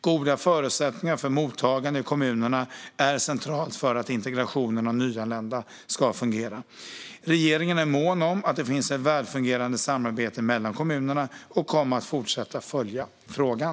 Goda förutsättningar för mottagande i kommunerna är centralt för att integrationen av nyanlända ska fungera. Regeringen är mån om att det ska finnas ett välfungerande samarbete mellan kommunerna och kommer att fortsätta följa frågan.